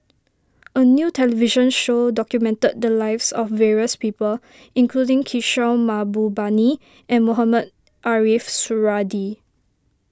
a new television show documented the lives of various people including Kishore Mahbubani and Mohamed Ariff Suradi